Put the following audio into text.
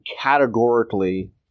categorically